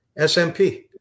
SMP